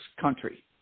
country